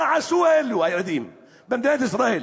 מה עשו הילדים האלה במדינת ישראל?